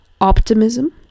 optimism